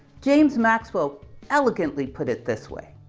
james maxwell elegantly put it this way.